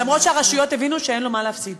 אף שהרשויות הבינו שאין לו מה להפסיד.